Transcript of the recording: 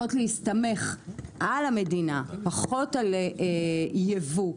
צריכות להסתמך על המדינה ופחות על ייבוא,